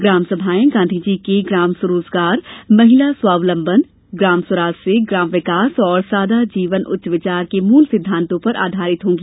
ग्राम सभाएँ गाँधीजी के ग्राम स्वरोजगार महिला स्वावलम्बन ग्राम स्वराज से ग्राम विकास और सादा जीवन उच्च विचार के मूल सिद्धांतों पर आधारित होंगी